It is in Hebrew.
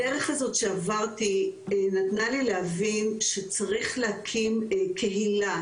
הדרך הזאת שעברתי נתנה לי להבין שצריך להקים קהילה